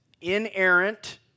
inerrant